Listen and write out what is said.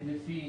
לפי